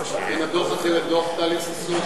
אם כל כולו נועד ליצור דה-לגיטימציה,